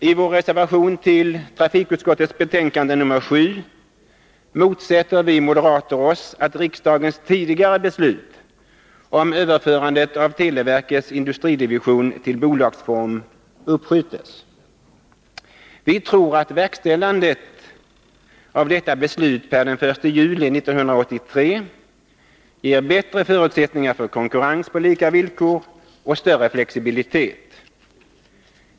I vår reservation till trafikutskottets betänkande nr7 motsätter vi moderater oss att riksdagens tidigare beslut om överförandet av televerkets industridivision till bolagsform uppskjuts. Vi tror att verkställandet av detta beslut den 1 juli 1983 ger bättre förutsättningar för konkurrens på lika villkor och större flexibilitet.